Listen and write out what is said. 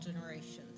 generations